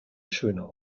schöner